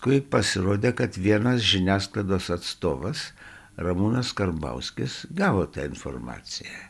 kai pasirodė kad vienas žiniasklaidos atstovas ramūnas karbauskis gavo tą informaciją